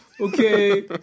okay